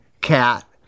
cat